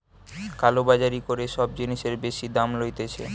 কালো বাজারি করে সব জিনিসের বেশি দাম লইতেছে